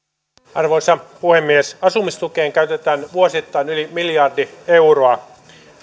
arvoisa puhemies asumistukeen käytetään vuosittain yli miljardi euroa